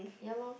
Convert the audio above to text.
ya loh